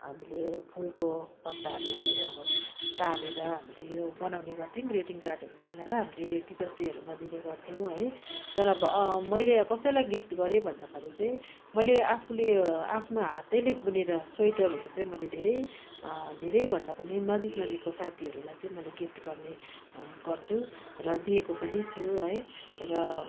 हामीले फुलको पत्ताहरूलाई टालेर हामीले यो बनाउने गर्थ्यौँ ग्रेटिङ कार्डहरू बनाएर हामीले टिचर्स डेहरूमा दिने गर्थ्यौँ तर अब मैले कसैलाई गिफ्ट गरेँ भन्दाखेरि चाहिँ मैले आफूले आफ्नो हातैले बुनेर स्वेटरहरू चाहिँ मैले धेरै धेरै भन्दा पनि नजिक नजिकको साथीहरूलाई चाहिँ मैले गिफ्ट गर्ने गर्छु र दिएको पनि छु है र